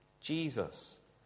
Jesus